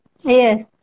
Yes